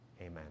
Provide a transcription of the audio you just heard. Amen